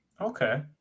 Okay